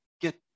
get